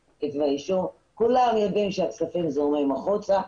כולם יודעים שהכספים זורמים החוצה.